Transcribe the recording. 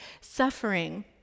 suffering